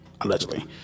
allegedly